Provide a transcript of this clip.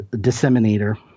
disseminator